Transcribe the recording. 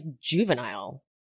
juvenile